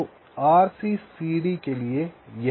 तो RC सीढ़ी के लिए यह है